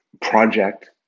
project